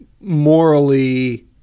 morally